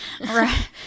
Right